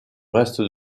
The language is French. reste